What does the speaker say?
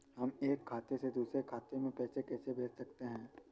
हम एक खाते से दूसरे खाते में पैसे कैसे भेज सकते हैं?